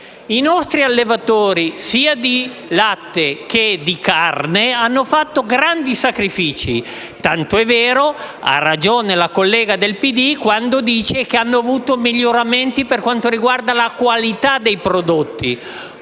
I nostri allevatori sia di latte che di carne hanno fatto grandi sacrifici. Ha ragione la collega del PD quando dice che hanno avuto miglioramenti per quanto riguarda la qualità dei prodotti.